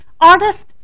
artist